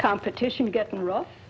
competition getting rough